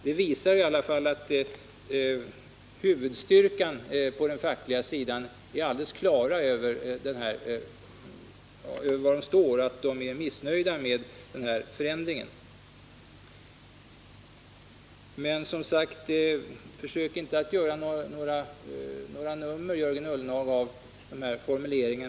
Det visar i alla fall att huvudstyrkan på den fackliga sidan är missnöjd med denna förändring. Försök alltså inte, Jörgen Ullenhag, att göra något nummer av vissa formuleringar.